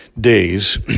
days